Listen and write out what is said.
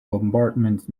bombardment